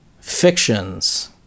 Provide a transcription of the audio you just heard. fictions